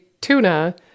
tuna